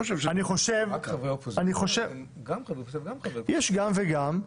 --- יש גם וגם.